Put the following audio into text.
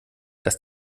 dass